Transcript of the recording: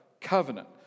covenant